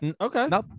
okay